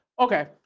okay